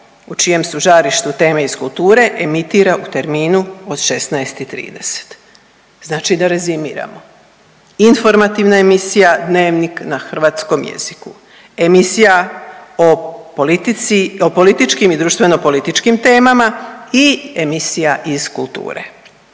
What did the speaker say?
u čijem su žarištu teme iz kulture emitira u terminu od 16.30. Znači da rezimiram. Informativna emisija Dnevnik na hrvatskom jeziku. Emisija o političkim i društveno-političkim temama i emisija iz kulture.